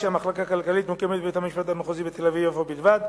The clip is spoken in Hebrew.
המחלקה הכלכלית מוקמת בבית-המשפט המחוזי בתל-אביב יפו בלבד,